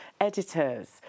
editors